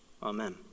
Amen